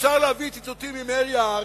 אפשר להביא ציטוטים ממאיר יערי,